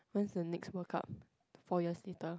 when's the next World Cup for you seater